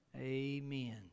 Amen